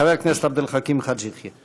חבר הכנסת עבד אל חכים חאג' יחיא.